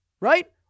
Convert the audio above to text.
Right